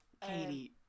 Katie